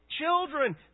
Children